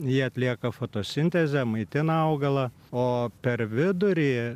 jie atlieka fotosintezę maitina augalą o per vidurį